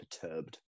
perturbed